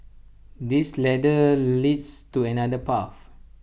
this ladder leads to another path